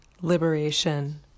liberation